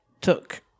took